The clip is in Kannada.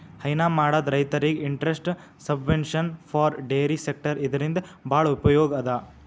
ಹೈನಾ ಮಾಡದ್ ರೈತರಿಗ್ interest subvention for dairy sector ಇದರಿಂದ್ ಭಾಳ್ ಉಪಯೋಗ್ ಅದಾ